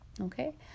Okay